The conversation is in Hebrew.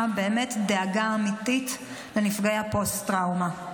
שיש דאגה אמיתית לנפגעי הפוסט-טראומה.